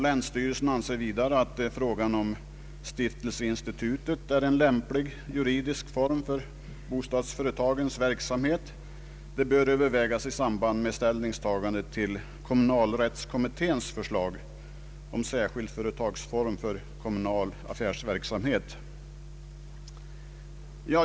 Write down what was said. Länsstyrelsen säger vidare: ”Frågan om stiftelseinstitutet är en lämplig juridisk form för bostadsföretagens verksamhet bör övervägas i samband med frågan om särskild företagsform för kommunal affärsverksamhet.” Länsstyrelsen hänvisar till det förslag som framlagts av kommunalrättskommittén.